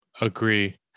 agree